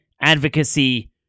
advocacy